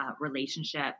relationship